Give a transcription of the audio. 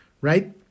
right